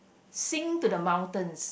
sing to the mountains